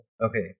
Okay